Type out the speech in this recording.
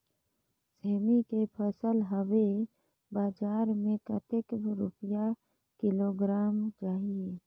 सेमी के फसल हवे बजार मे कतेक रुपिया किलोग्राम जाही?